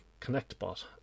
connectbot